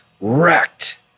Wrecked